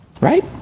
Right